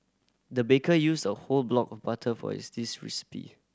the baker used a whole block of butter for is this recipe